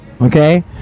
okay